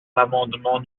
l’amendement